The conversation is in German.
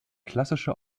klassische